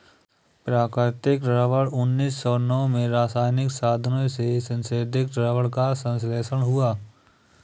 प्राकृतिक रबर उन्नीस सौ नौ में रासायनिक साधनों से सिंथेटिक रबर का संश्लेषण हुआ